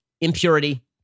impurity